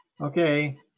Okay